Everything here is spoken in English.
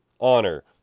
honor